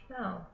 No